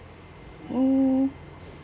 mm